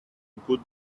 good